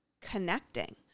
connecting